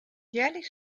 jährlich